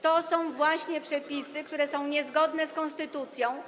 To są właśnie przepisy, które są niezgodne z konstytucją.